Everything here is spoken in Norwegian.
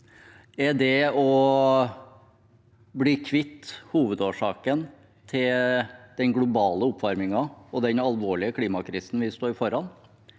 Er det å bli kvitt hovedårsaken til den globale oppvarmingen og den alvorlige klimakrisen vi står foran,